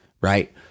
right